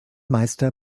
meister